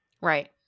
Right